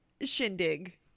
Shindig